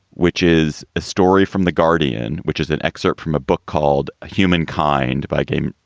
which is a story from the guardian, which is an excerpt from a book called humankind by game.